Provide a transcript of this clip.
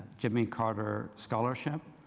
jimmy carter scholarship.